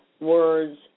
words